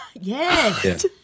Yes